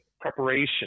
preparation